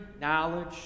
knowledge